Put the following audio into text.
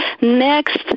next